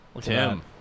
Tim